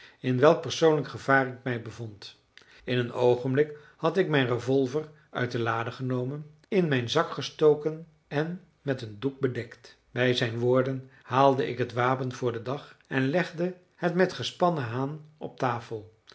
in welk persoonlijk gevaar ik mij bevond in een oogenblik had ik mijn revolver uit de lade genomen in mijn zak gestoken en met een doek bedekt bij zijn woorden haalde ik het wapen voor den dag en legde het met gespannen haan op tafel